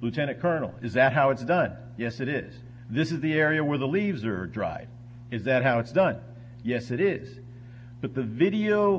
lieutenant colonel is that how it's done yes it is this is the area where the leaves are dried is that how it's done yes it is but the video